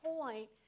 point